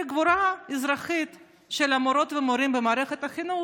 על הגבורה האזרחית של המורות והמורים במערכת החינוך,